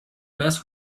best